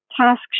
task